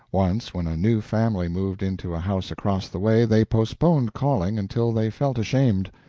once when a new family moved into a house across the way they postponed calling until they felt ashamed.